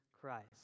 Christ